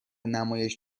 نمایش